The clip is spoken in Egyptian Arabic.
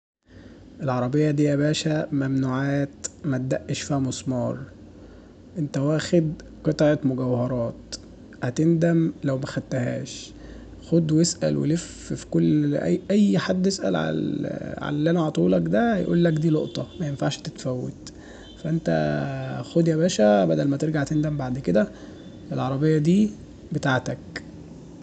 العربية دي ياباشا ممنوعات ماتدقش فيها مسمار انت واخد قطعة مجوهراتهتندم لو ماخدتهاش خد واسأل ولف في كل اللي أي حد اسأل عالل عاللي انا عاطيهولك دا هيقولك دا لقطة مينفعش تتفوت فانت خد ياباشا بدل ماترجع تندم بعد كدا العربية دي بتاعتك